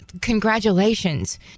congratulations